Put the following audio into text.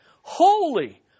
holy